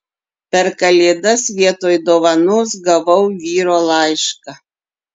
per kalėdas vietoj dovanos gavau vyro laišką